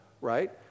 right